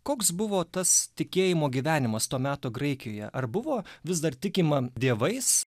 koks buvo tas tikėjimo gyvenimas to meto graikijoje ar buvo vis dar tikima dievais